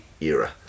era